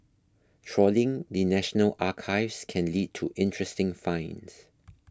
trawling the National Archives can lead to interesting finds